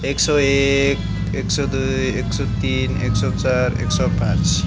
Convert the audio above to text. एक सय एक एक सय दुई एक सय तिन एक सय चार एक सय पाँच